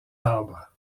arbres